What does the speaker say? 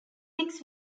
six